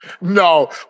No